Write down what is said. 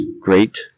great